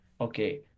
Okay